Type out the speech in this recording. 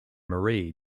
marie